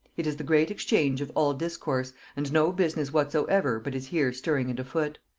it is the great exchange of all discourse, and no business whatsoever but is here stirring and afoot.